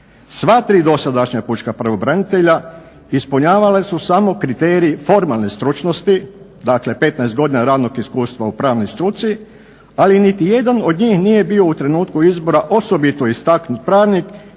Sva tri dosadašnja pučka pravobranitelja ispunjavali su samo kriterij formalne stručnosti, dakle 15 godina radnog iskustva u pravnoj struci, ali nijedan od njih nije bio u trenutku izbora osobito istaknuti pravnik